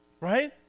Right